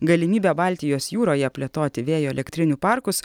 galimybę baltijos jūroje plėtoti vėjo elektrinių parkus